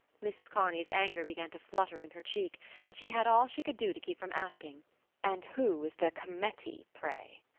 mrs. kearney's anger began to flutter in her cheek and she had all she could do to keep from asking and who is the cometty pray?